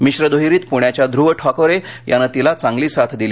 मिश्र दुहेरीत पुण्याच्या ध्रव ठाकोरे यानं तिला चांगली साथ दिली